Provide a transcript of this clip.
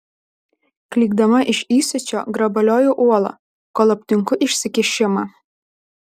klykdama iš įsiūčio grabalioju uolą kol aptinku išsikišimą